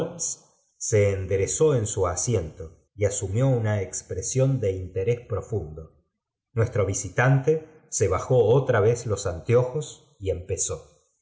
se enderezó en su asiento y asumió una expresión de interés profundo nuestro visitante se bajo otra vez los anteojos y empezóurjr